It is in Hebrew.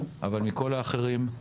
אבל מכל האחרים,